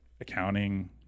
accounting